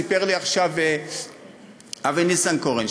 סיפר לי עכשיו אבי ניסנקורן,